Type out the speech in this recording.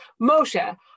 Moshe